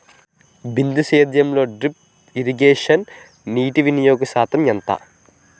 బిందు సేద్యంలో drip irrigation నీటివినియోగ శాతం ఎంత?